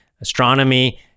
astronomy